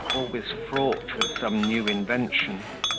always fraught with some new invention.